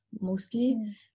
mostly